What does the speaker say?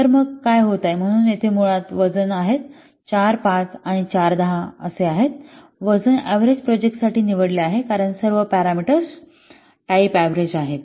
तर मग काय होत आहे म्हणून येथे मुळात हे वजन आहेत 4 5 आणि 4 10 हे वजन आहेत वजन एव्हरेज प्रोजेक्टसाठी निवडले आहे कारण सर्व पॅरामीटर्स टाइप एव्हरेज आहेत